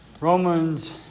Romans